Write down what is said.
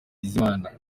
bizimana